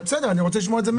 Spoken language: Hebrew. אני רוצה לשמוע את זה מהם.